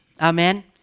Amen